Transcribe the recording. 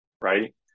right